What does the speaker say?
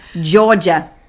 Georgia